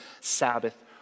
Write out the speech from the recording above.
Sabbath